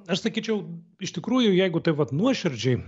aš sakyčiau iš tikrųjų jeigu tai vat nuoširdžiai